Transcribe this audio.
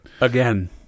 Again